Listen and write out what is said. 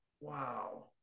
Wow